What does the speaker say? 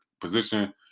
position